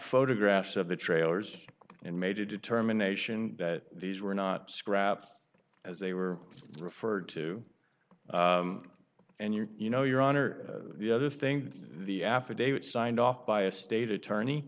photographs of the trailers and made a determination that these were not scraps as they were referred to and you you know your honor the other thing the affidavit signed off by a state attorney